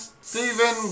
Stephen